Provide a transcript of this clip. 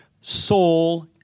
soul